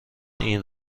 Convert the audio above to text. این